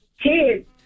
kids